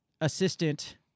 assistant